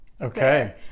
okay